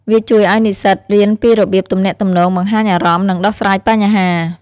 វាជួយឱ្យនិស្សិតរៀនពីរបៀបទំនាក់ទំនង បង្ហាញអារម្មណ៍ និងដោះស្រាយបញ្ហា។